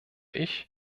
ich